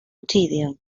gideon